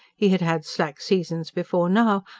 he had had slack seasons before now,